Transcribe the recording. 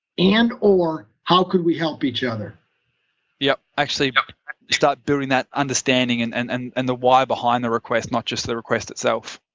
and or how could we help each other yeah but start doing that understanding and and and and the why behind the request, not just the request itself.